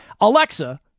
Alexa